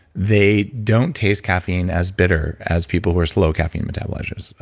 they don't taste caffeine as bitter as people who are slow caffeine metabolizers,